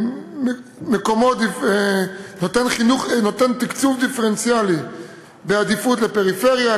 הוא נותן תקצוב דיפרנציאלי בעדיפות לפריפריה,